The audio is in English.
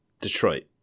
Detroit